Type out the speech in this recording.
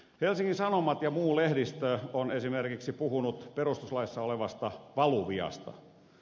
helsingin sanomat ja muu lehdistö on esimerkiksi puhunut perustuslaissa olevasta valuviasta